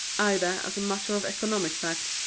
either as a matter of economic fact,